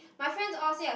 my friends all say I